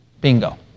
Bingo